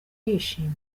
yishimye